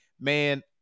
Man